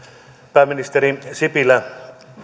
pääministeri sipilä